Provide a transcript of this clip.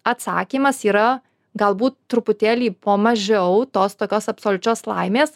atsakymas yra galbūt truputėlį po mažiau tos tokios absoliučios laimės